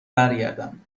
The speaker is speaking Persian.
برگردم